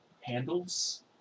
Handles